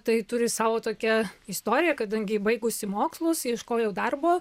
tai turi savo tokią istoriją kadangi baigusi mokslus ieškojau darbo